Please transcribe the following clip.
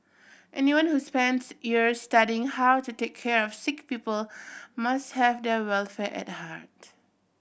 anyone who spends years studying how to take care of sick people must have their welfare at a heart